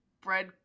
bread